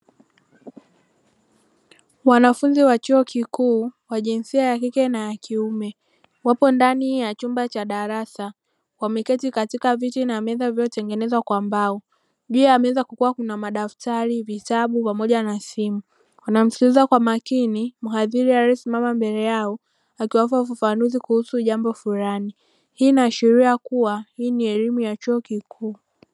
Wanafunzi wa chuo kikuu wa jinsia ya kike na ya kiume wapo ndani ya chumba cha darasa wameketi katika viti na meza iliyotengenezwa kwa mbao. Juu ya meza kukiwa kuna madaftari, vitabu pamoja na simu; wanamsikiliza kwa makini mhadhiri aliyesimama mbele yao akiwapa ufafanuzi kuhusu jambo flani; hii inaashiria kuwa hii ni elimu ya chuo kikuu.